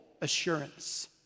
assurance